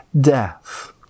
death